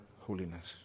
holiness